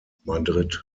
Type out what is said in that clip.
madrid